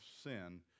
sin